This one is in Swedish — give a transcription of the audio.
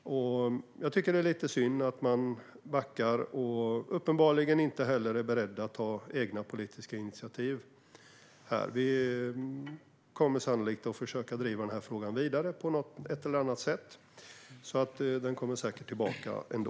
Jag tycker att det är lite synd att man backar och uppenbarligen inte heller är beredd att ta egna politiska initiativ här. Vi kommer sannolikt att försöka driva den här frågan vidare på ett eller annat sätt, så den kommer säkert tillbaka ändå.